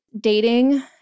dating